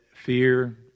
Fear